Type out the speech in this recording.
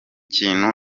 kintu